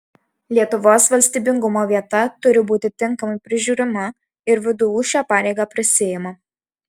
lietuvos valstybingumo vieta turi būti tinkamai prižiūrima ir vdu šią pareigą prisiima